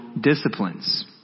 disciplines